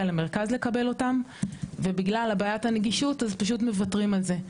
למרכז לקבל אותם ובגלל בעיית הנגישות אז פשוט מוותרים על זה,